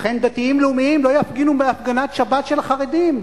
לכן דתיים לאומיים לא יפגינו בהפגנת שבת של חרדים,